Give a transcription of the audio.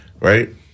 right